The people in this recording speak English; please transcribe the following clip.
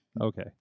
Okay